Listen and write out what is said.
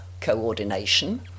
coordination